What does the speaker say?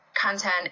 content